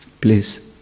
please